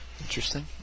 Interesting